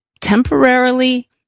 temporarily